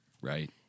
right